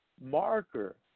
marker